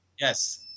Yes